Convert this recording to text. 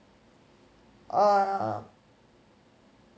err